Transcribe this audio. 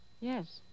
Yes